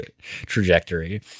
trajectory